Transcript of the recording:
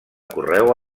correu